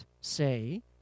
say